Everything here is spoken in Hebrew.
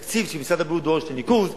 את התקציב שמשרד הבריאות דורש לניקוז,